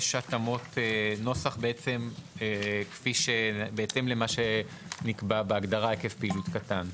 יש התאמות נוסח בהתאם למה שנקבע בהגדרה "היקף פעילות קטן".